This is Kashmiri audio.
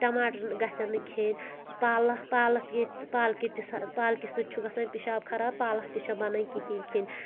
ٹماٹر گژھن نہٕ کھیٚنۍ پالک پالک ییٚتہِ پالکہِ تہِ پالکہِ سۭتۍ چھُ گژھان پِشاب خراب پالک تہِ چھا بَنان کِہیٖنۍ کھیٚنۍ